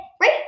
right